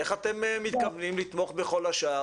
איך אתם מתכוונים לתמוך בכל השאר,